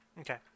Okay